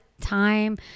time